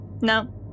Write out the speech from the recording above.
no